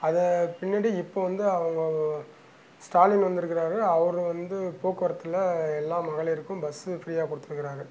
அதை பின்னாடி இப்போ வந்து அவங்க அவங் ஸ்டாலின் வந்துருக்கிறாரு அவர் வந்து போக்குவரத்தில் எல்லா மகளிருக்கும் பஸ்ஸு ஃப்ரீயாக கொடுத்துக்குறாரு